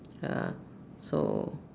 ya lah so